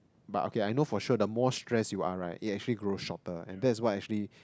but okay I know for sure the most stress you are right it actually grows shorter and that's why actually